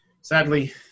Sadly